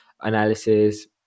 analysis